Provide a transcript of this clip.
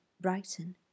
Brighton